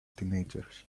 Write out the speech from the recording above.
teenagers